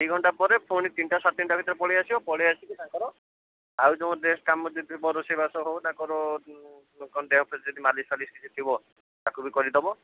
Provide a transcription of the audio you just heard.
ଦୁଇ ଘଣ୍ଟା ପରେ ପୁଣି ତିନିଟା ସାଢ଼େ ତିନିଟା ଭିତରେ ପଳାଇ ଆସିବ ପଳାଇ ଆସିକି ତାଙ୍କର ଆଉ ଯେଉଁ ରେଷ୍ଟ କାମ ଯଦି ରୋଷେଇବାସ ହଉ ତାଙ୍କର ଯେଉଁ ଦେହ ଫେହ ଯଦି ମାଲିସ୍ ଫାଲିସ୍ କିଛି ଥିବ ତାକୁ ବି କରିଦେବ